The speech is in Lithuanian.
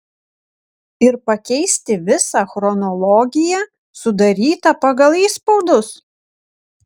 ir pakeisti visą chronologiją sudarytą pagal įspaudus